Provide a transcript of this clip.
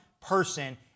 person